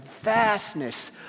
vastness